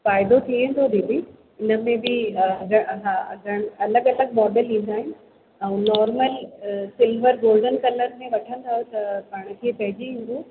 फ़ाइदो थी वेंदो दीदी इनमें बि अगरि असां अलगि अलगि मॉडल ईंदा आहिनि ऐं नॉर्मल सिल्वर गोल्डन कलर में वठंदव त पाण खे पइजी वेंदो